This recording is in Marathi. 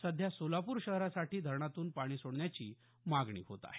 सध्या सोलापूर शहरासाठी धरणातून पाणी सोडण्याची मागणी होत आहे